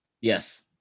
yes